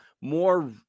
more